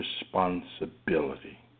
responsibility